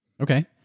Okay